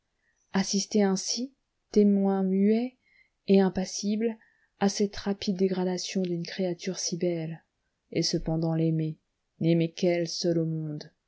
assister ainsi témoin muet et impassible à cette rapide dégradation d'une créature si belle et cependant l'aimer n'aimer qu'elle seule au monde